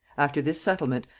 after this settlement,